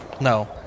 No